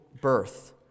birth